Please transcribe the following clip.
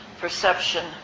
perception